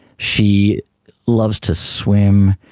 she loves to swim,